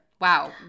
Wow